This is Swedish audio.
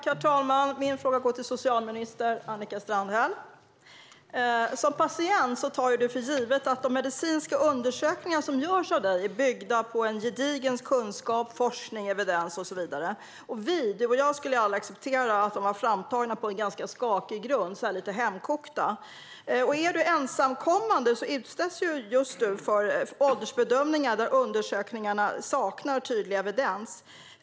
Herr talman! Min fråga går till socialminister Annika Strandhäll. Som patient tar du för givet att de medicinska undersökningar som görs är byggda på en gedigen kunskap, forskning, evidens och så vidare. Vi - du och jag - skulle aldrig acceptera att de var framtagna på ganska skakig grund, så där lite hemkokta. Är du ensamkommande utsätts just du för åldersbedömning med hjälp av undersökningar som saknar tydlig evidens.